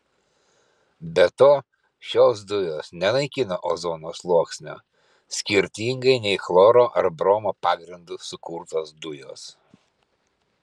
be to šios dujos nenaikina ozono sluoksnio skirtingai nei chloro ar bromo pagrindu sukurtos dujos